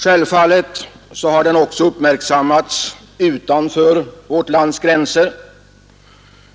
Självfallet har den också uppmärksammats utanför vårt lands gränser,